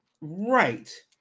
Right